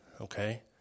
Okay